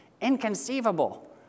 inconceivable